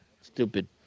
Stupid